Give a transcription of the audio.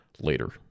later